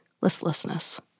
listlessness